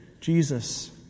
Jesus